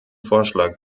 vorschlag